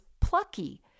plucky